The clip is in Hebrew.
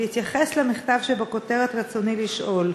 בהתייחס למכתב שבכותרת, רצוני לשאול: